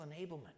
enablement